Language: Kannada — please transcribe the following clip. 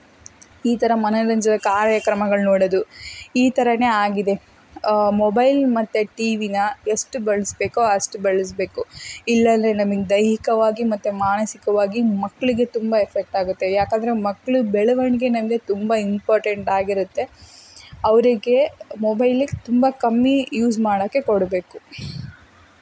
ಈ ಥರ ಮನೆಯಲ್ಲಿ ಕಾರ್ಯಕ್ರಮಗಳು ನೋಡೋದು ಈ ಥರ ಆಗಿದೆ ಮೊಬೈಲ್ ಮತ್ತು ಟಿವಿನ ಎಷ್ಟು ಬಳಸ್ಬೇಕೋ ಅಷ್ಟು ಬಳಸಬೇಕು ಇಲ್ಲಾಂದ್ರೆ ನಮಗ್ ದೈಹಿಕವಾಗಿ ಮತ್ತು ಮಾನಸಿಕವಾಗಿ ಮಕ್ಕಳಿಗೆ ತುಂಬ ಎಫೆಕ್ಟ್ ಆಗುತ್ತೆ ಯಾಕೆಂದ್ರೆ ಮಕ್ಳ ಬೆಳವಣಿಗೆ ನಮಗೆ ತುಂಬ ಇಂಪಾರ್ಟೆಂಟ್ ಆಗಿರುತ್ತೆ ಅವರಿಗೆ ಮೊಬೈಲಿಗೆ ತುಂಬ ಕಮ್ಮಿ ಯೂಸ್ ಮಾಡೋಕೆ ಕೊಡಬೇಕು